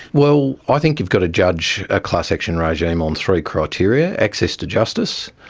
well, i think you've got to judge a class action regime on three criteria access to justice,